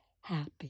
happy